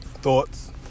Thoughts